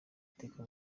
iteka